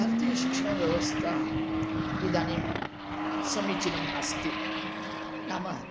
भारतीय शिक्षाव्यवस्था इदानीं समीचीनं नास्ति नाम